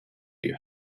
your